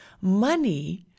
Money